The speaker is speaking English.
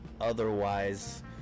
otherwise